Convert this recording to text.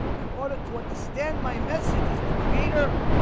in order to understand my message is the creator